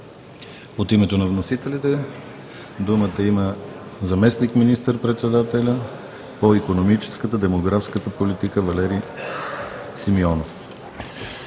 От името на вносителите думата има заместник министър-председателят по икономическата и демографската политика Валери Симеонов.